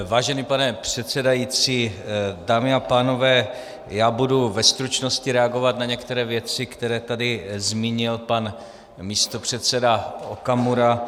Vážený pane předsedající, dámy a pánové, já budu ve stručnosti reagovat na některé věci, které tady zmínil pan místopředseda Okamura.